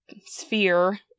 sphere